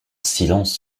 silence